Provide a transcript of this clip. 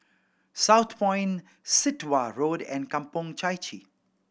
Southpoint Sit Wah Road and Kampong Chai Chee